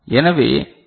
எனவே எல்